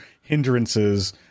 hindrances